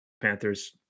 Panthers